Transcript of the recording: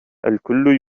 الكل